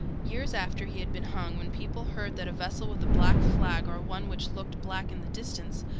years after he had been hung, when people heard that a vessel with a black flag, or one which looked black in the distance,